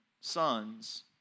sons